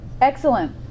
Excellent